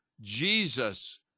Jesus